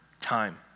time